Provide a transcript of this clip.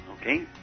okay